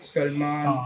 Salman